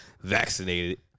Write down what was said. vaccinated